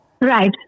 Right